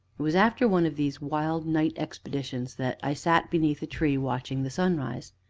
it was after one of these wild night expeditions that i sat beneath a tree, watching the sunrise.